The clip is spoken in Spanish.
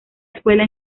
escuela